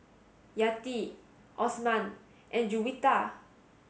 Yati Osman and Juwita